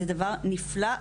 זה דבר נפלא,